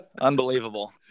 unbelievable